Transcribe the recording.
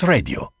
Radio